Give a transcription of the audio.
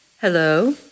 Hello